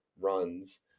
runs